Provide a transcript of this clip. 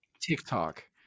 TikTok